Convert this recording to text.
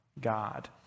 God